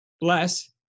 bless